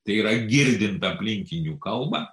tai yra girdint aplinkinių kalbą